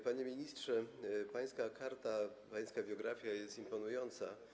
Panie ministrze, pańska karta, pańska biografia jest imponująca.